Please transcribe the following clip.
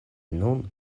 nun